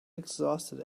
exhausted